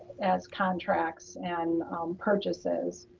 as contracts and purchases.